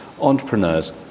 entrepreneurs